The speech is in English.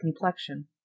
complexion